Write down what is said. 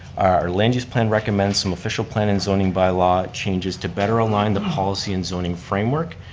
our land use plan recommends some official plan and zoning bylaw changes to better align the policy and zoning framework,